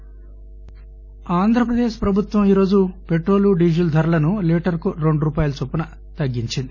petrol Andhra Pradesh ప్రభుత్వం ఈరోజు petrol diesel ధరలను లీటర్ కు రెండు రూపాయల చొప్పున తగ్గించింది